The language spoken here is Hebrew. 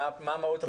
מה מהות הפניות האלה?